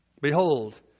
Behold